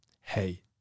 Hey